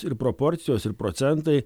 ir proporcijos ir procentai